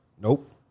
Nope